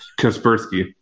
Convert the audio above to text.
Kaspersky